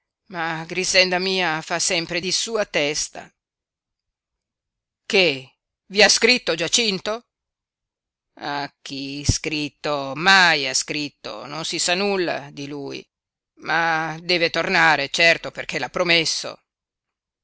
ma grixenda mia fa sempre di sua testa che vi ha scritto giacinto a chi scritto mai ha scritto non si sa nulla di lui ma deve tornare certo perché l'ha promesso